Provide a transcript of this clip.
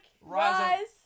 rise